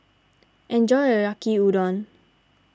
enjoy your Yaki Udon